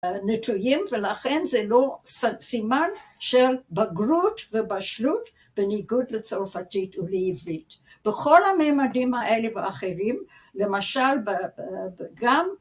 נטויים, ולכן זה לא סימן של בגרות ובשלות בניגוד לצרפתית ולעברית. בכל הממדים האלה ואחרים, למשל גם